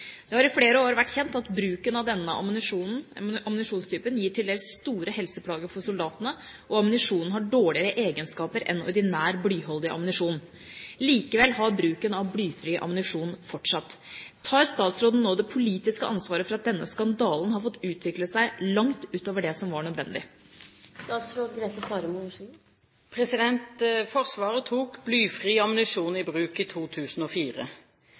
Det har i flere år vært kjent at bruken av denne ammunisjonstypen gir tildels store helseplager for soldatene, og ammunisjonen har dårligere egenskaper enn ordinær blyholdig ammunisjon. Likevel har bruken av blyfri ammunisjon fortsatt. Tar statsråden nå det politiske ansvaret for at denne skandalen har fått utvikle seg langt ut over det som var nødvendig?» Forsvaret tok blyfri ammunisjon i bruk i 2004.